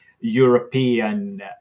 European